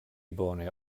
bone